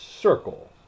circle